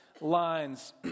lines